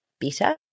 better